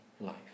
life